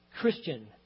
Christian